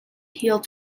healed